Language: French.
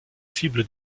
cible